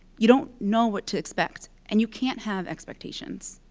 you don't know what to expect, and you can't have expectations.